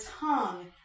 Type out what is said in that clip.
tongue